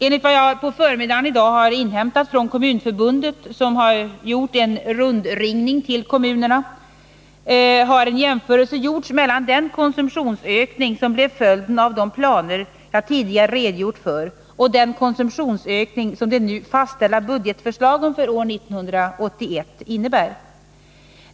Enligt vad jag i dag på förmiddagen inhämtat från Kommunförbundet, som gjort en rundringning till kommunerna, har en jämförelse gjorts mellan den konsumtionsökning som blev följden av de planer jag tidigare redogjort för och den konsumtionsökning som de nu fastställda budgetförslagen för 1981 innebär.